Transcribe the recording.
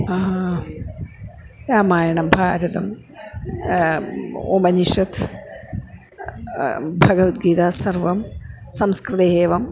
रामायणं भारतं उपनिषत् भगवद्गीता सर्वं संस्कृते एवम्